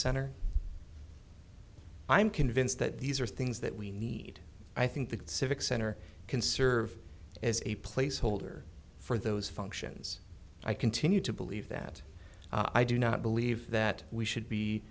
center i'm convinced that these are things that we need i think the civic center can serve as a placeholder for those functions i continue to believe that i do not believe that we should be